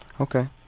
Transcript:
Okay